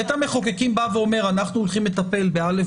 בית המחוקקים בא ואומר: אנחנו הולכים לטפל בא',